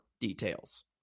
details